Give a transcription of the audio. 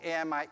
AMI